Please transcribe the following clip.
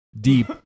deep